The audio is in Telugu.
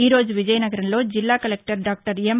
ఈ రోజు విజయనగరంలో జిల్లా కలెక్టర్ డాక్టర్ ఎం